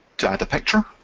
to add a picture,